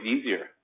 easier